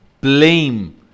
blame